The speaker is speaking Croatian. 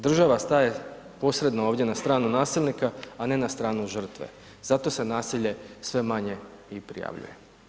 Država staje posredno ovdje na stranu nasilnika a ne na stranu žrtve zato se nasilje sve manje i prijavljuje.